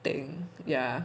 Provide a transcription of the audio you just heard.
thing ya